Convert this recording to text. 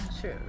True